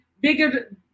bigger